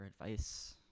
advice